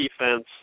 defense